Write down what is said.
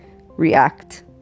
react